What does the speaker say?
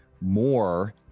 more